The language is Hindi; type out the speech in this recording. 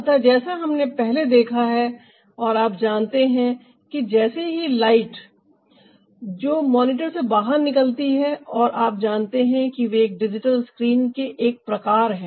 अतः जैसा कि हमने पहले देखा है और आप जानते हैं कि जैसे ही लाइट जो मॉनिटर से बाहर निकलती है और आप जानते हैं कि वे एक डिजिटल स्क्रीन के एक प्रकार हैं